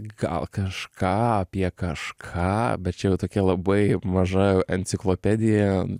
gal kažką apie kažką bet čia jau tokia labai maža enciklopedija